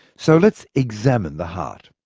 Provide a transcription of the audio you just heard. so let's examine the heart.